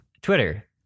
Twitter